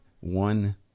one